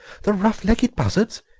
the rough-legged buzzards!